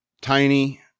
tiny